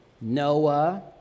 Noah